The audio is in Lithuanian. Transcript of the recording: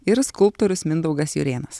ir skulptorius mindaugas jurėnas